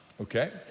Okay